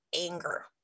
anger